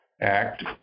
Act